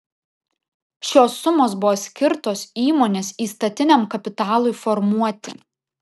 šios sumos buvo skirtos įmonės įstatiniam kapitalui formuoti